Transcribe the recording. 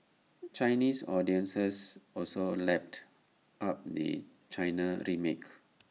Chinese audiences also lapped up the China remake